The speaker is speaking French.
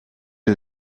est